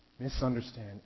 misunderstand